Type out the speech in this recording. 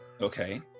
Okay